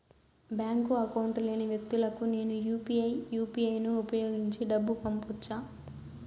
Bank account లేని వ్యక్తులకు నేను యు పి ఐ యు.పి.ఐ ను ఉపయోగించి డబ్బు పంపొచ్చా?